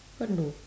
what no